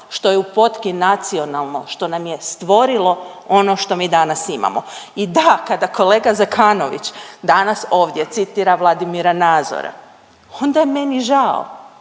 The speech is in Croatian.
što je u potki nacionalno, što nam je stvorilo ono što mi danas imamo. I da kada kolega Zekanović, danas ovdje citira Vladimira Nazora, onda je meni žao.